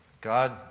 God